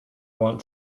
want